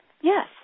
Yes